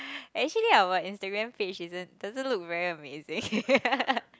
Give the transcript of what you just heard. actually our Instagram page isn't doesn't look very amazing